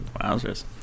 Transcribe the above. Wowzers